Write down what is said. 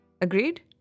Agreed